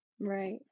Right